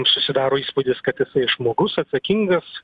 susidaro įspūdis kad jisai žmogus atsakingas